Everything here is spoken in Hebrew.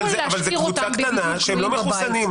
זו קבוצה קטנה שהם לא מחוסנים,